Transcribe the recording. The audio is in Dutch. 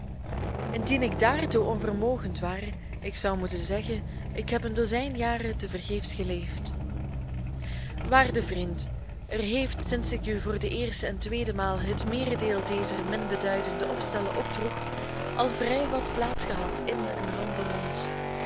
indien ik daartoe onvermogend ware ik zou moeten zeggen ik heb een dozijn jaren te vergeefs geleefd waarde vriend er heeft sinds ik u voor de eerste en tweede maal het meerendeel dezer minbeduidende opstellen opdroeg al vrij wat plaats gehad in en rondom ons